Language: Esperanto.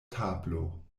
tablo